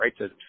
right